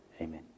Amen